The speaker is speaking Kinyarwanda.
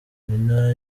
nina